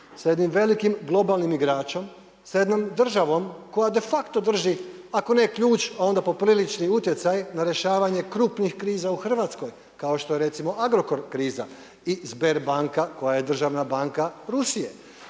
sa jednim velikim globalnim igračem, sa jednom državom koja de facto drži ako ne ključ a onda poprilični utjecaj na rješavanje krupnih kriza u Hrvatskoj kao što je recimo Agrokor kriza i Sberbank koja je državna banka Rusije.